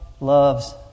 loves